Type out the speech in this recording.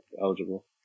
eligible